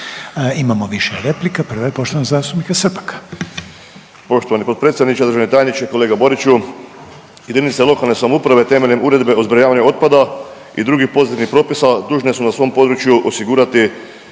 Imamo više replika, prva je poštovanog zastupnika Srpaka. **Srpak, Dražen (HDZ)** Poštovani potpredsjedniče, državni tajniče, kolega Boriću, jedinice lokalne samouprave temeljem Uredbe o zbrinjavanju otpada i drugih pozitivnih propisa dužne su na svom području osigurati